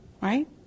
right